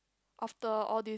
after all this